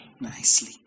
nicely